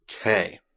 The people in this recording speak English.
Okay